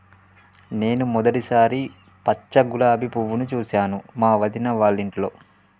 నేను మొదటిసారి పచ్చ గులాబీ పువ్వును చూసాను మా వదిన వాళ్ళింట్లో